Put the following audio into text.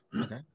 Okay